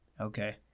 Okay